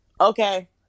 okay